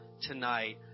tonight